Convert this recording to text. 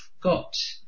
got